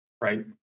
right